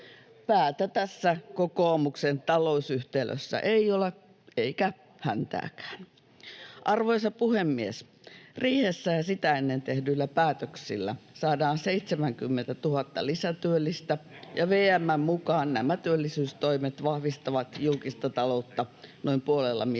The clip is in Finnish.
Päätä tässä kokoomuksen talousyhtälössä ei ole — eikä häntääkään. Arvoisa puhemies! Riihessä ja sitä ennen tehdyillä päätöksillä saadaan 70 000 lisätyöllistä, [Timo Heinonen: Näkisi vain! — Välihuutoja oikealta] ja VM:n mukaan nämä työllisyystoimet vahvistavat julkista taloutta noin puolella miljardilla.